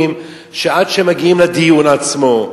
כי אנחנו יודעים שעד שהם מגיעים לדיון עצמו,